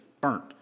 burnt